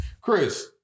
Chris